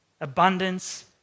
abundance